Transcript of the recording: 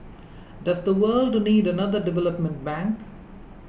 does the world need another development bank